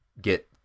get